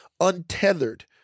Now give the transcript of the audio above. untethered